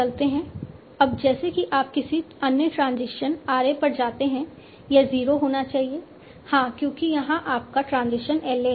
अब जैसे ही आप किसी अन्य ट्रांजिशन RA पर जाते हैं यह 0 होना चाहिए हाँ क्योंकि यहाँ आपका ट्रांजिशन LA है